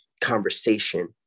conversation